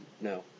no